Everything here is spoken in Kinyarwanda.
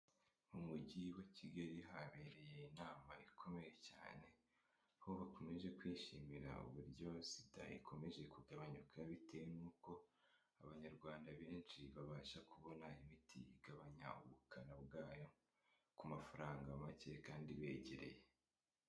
Mu mujyi wa kigali habereye inama ikomeye cyane, aho bakomeje kwishimira uburyo sida ikomeje kugabanyuka bitewe n'uko Abanyarwanda benshi babasha kubona imiti igabanya ubukana bwayo ku mafaranga make kandi ibegereye.